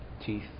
teeth